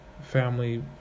family